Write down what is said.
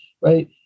right